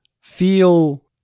feel